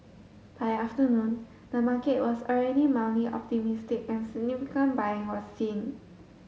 by afternoon the market was already mildly optimistic and significant buying was seen